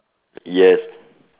yes